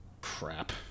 Crap